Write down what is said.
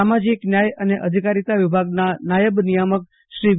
સામાજિક ન્યાય અને અધિકારીતા વિભાગના નાયબ નિયામક શ્રી વિ